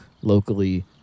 locally